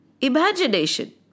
imagination